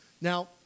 Now